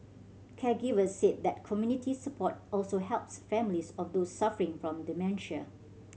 caregivers said that community support also helps families of those suffering from dementia